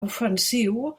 ofensiu